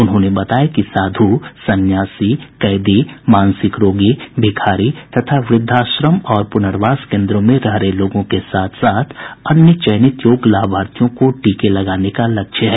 उन्होंने बताया कि साधु संन्यासी कैदी मानसिक रोगी भिखारी तथा वृद्धाश्रम और पुनर्वास कोन्द्रों में रह रहे लोगों के साथ साथ अन्य चयनित योग्य लाभार्थियों को टीके लगाने का लक्ष्य है